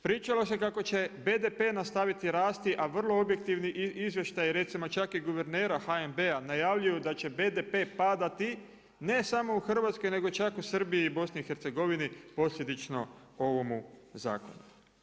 Pričalo se kako će BDP nastaviti rasti, a vrlo objektivni izvještaji recimo čak i guvernera HNB-a najavljuju da će BDP padati ne samo u Hrvatskoj, nego čak u Srbiji i BiH posljedično ovomu zakonu.